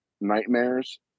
nightmares